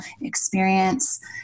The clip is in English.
experience